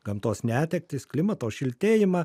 gamtos netektis klimato šiltėjimą